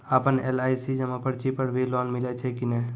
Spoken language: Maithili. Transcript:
आपन एल.आई.सी जमा पर्ची पर भी लोन मिलै छै कि नै?